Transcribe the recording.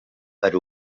per